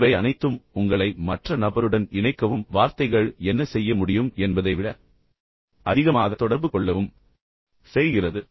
எனவே இவை அனைத்தும் உங்களை மற்ற நபருடன் இணைக்கவும் வார்த்தைகள் என்ன செய்ய முடியும் என்பதை விட அதிகமாக தொடர்பு கொள்ளவும் செய்கிறது